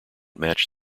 match